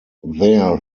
there